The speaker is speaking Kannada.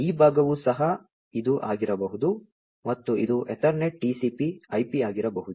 ಮತ್ತು ಈ ಭಾಗವು ಸಹ ಇದು ಆಗಿರಬಹುದು ಮತ್ತು ಇದು ಎತರ್ನೆಟ್ TCP IP ಆಗಿರಬಹುದು